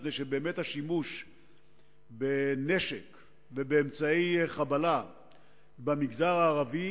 מפני שהשימוש בנשק ובאמצעי חבלה במגזר הערבי